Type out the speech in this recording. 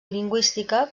lingüística